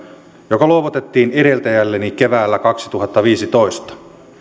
joka luovutettiin edeltäjälleni keväällä kaksituhattaviisitoista